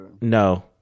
no